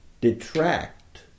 detract